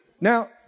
Now